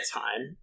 time